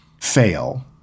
fail